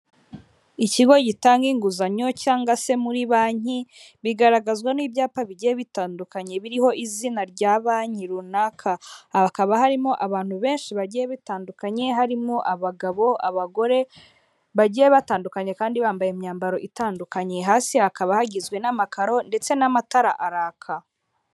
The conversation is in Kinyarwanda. Ikigo gitanga inguzanyo cyangwa se muri banki bigaragazwa n'ibyapa bigiye bitandukanye biriho izina rya banki runaka, hakaba harimo abantu benshi bagiye batandukanye harimo abagabo, abagore bagiye batandukanye kandi bambaye imyambaro itandukanye, hasi hakaba hagizwe n'amakaro ndetse n'amatara araka.